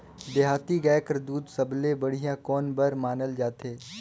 देहाती गाय कर दूध सबले बढ़िया कौन बर मानल जाथे?